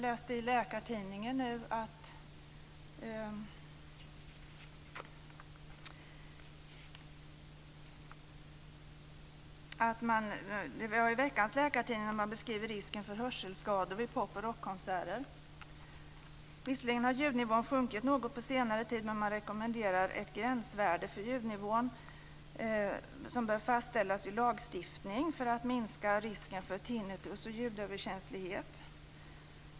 I veckans nummer av Läkartidningen beskriver man risken för hörselskador vid pop och rockkonserter. Visserligen har ljudnivån sjunkit något på senare tid. Men man rekommenderar ett gränsvärde för ljudnivån som bör fastställas i lagstiftning för att minska risken för tinnitus och ljudöverkänslighet.